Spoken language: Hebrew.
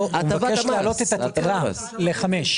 לא, הוא מבקש להעלות את התקרה ל-5 מיליון.